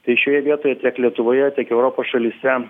tai šioje vietoje tiek lietuvoje tiek europos šalyse